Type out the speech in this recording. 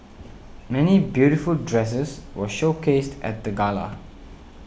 many beautiful dresses were showcased at the gala